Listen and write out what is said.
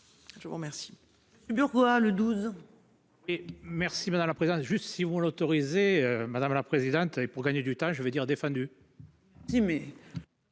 Je vous remercie.